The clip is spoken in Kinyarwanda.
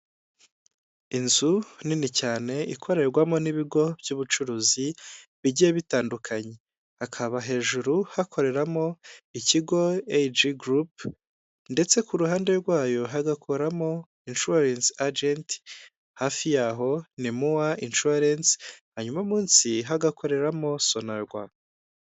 Inzu nini cyane ikorerwamo n'ibigo by'ubucuruzi bigiye bitandukanye, hakaba hejuru hakoreramo ikigo Eyiji gurupe ndetse ku ruhande rwayo hagakoramo Inshuwarensi ajenti hafi y'aho ni Mowa inshuwarensi hanyuma munsi hagakoreramo Sonarwa.